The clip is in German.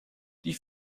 die